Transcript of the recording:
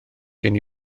gen